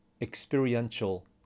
Experiential